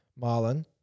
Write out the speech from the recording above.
Marlon